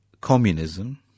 communism